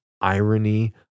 irony